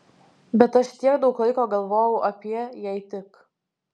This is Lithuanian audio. bet aš tiek daug laiko galvojau apie jei tik